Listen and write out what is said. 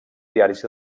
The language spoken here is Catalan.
diaris